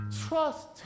trust